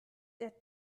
der